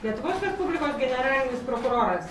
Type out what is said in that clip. lietuvos respublikos generalinis prokuroras